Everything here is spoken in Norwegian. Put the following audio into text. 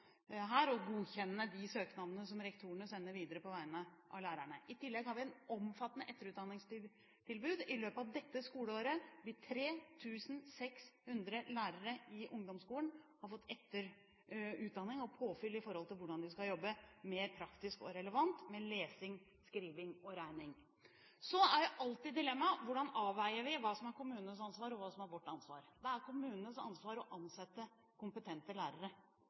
de søknadene som rektorene sender videre på vegne av lærerne. I tillegg har vi et omfattende etterutdanningstilbud. I løpet av dette skoleåret vil 3 600 lærere i ungdomsskolen ha fått etterutdanning og påfyll for hvordan de skal jobbe mer praktisk og relevant med lesing, skriving og regning. Så er alltid dilemmaet hvordan vi avveier hva som er kommunenes ansvar, og hva som er vårt ansvar. Det er kommunenes ansvar å ansette kompetente lærere.